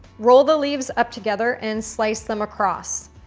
roll the leaves up together, and slice them across.